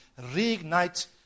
reignite